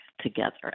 together